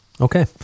Okay